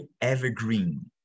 evergreen